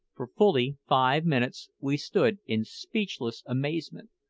for fully five minutes we stood in speechless amazement,